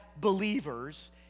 believers